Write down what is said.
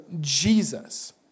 Jesus